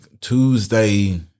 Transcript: Tuesday